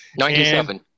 97